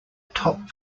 top